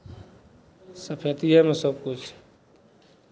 सफैतिएमे सभकिछु छै